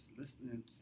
listening